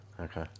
Okay